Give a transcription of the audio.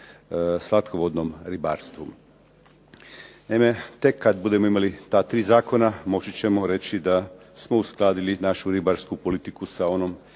slatkovodnom ribarstvu. Naime, tek kad budemo imali ta tri zakona moći ćemo reći da smo uskladili našu ribarsku politiku sa onom